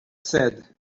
said